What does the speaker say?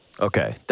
Okay